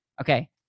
Okay